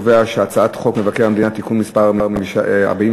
חוק מבקר המדינה (תיקון מס' 47),